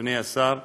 אדוני השר,